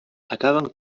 acaben